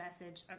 message